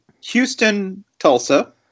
Houston-Tulsa